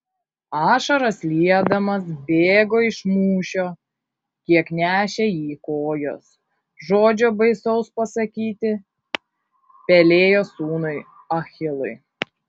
ašaras liedamas bėgo iš mūšio kiek nešė jį kojos žodžio baisaus pasakyti pelėjo sūnui achilui